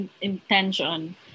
intention